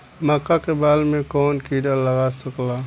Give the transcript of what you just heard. मका के बाल में कवन किड़ा लाग सकता?